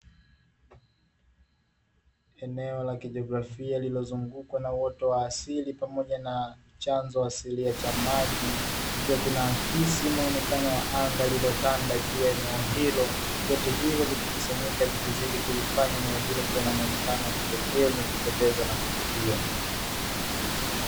Eneo la kijografia lililozungukwa na uoto wa asili, pamoja na chanzo asilia cha maji, kikiwa kina akisi muonekano wa anga lilotanda juu ya eneo hilo. Vyote hivyo vikikusanyika, vikizidi kulifanya eneo hilo kuwa na muonekano wa kipekee, wenye kupendeza na kuvutia.